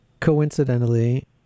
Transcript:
coincidentally